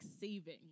saving